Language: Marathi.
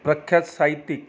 प्रख्यात साहित्यिक